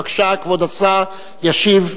בבקשה, כבוד השר ישיב.